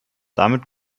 damit